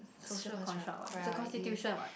social construct what it's a constitution what